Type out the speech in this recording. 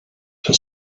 for